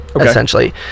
essentially